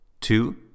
Two